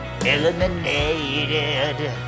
eliminated